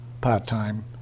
part-time